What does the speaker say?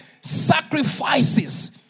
sacrifices